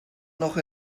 noch